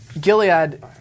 Gilead